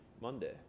Monday